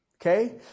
Okay